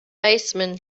baseman